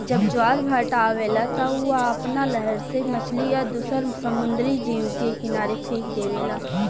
जब ज्वार भाटा आवेला त उ आपना लहर से मछली आ दुसर समुंद्री जीव के किनारे फेक देवेला